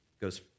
goes